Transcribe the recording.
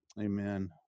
Amen